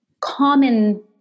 common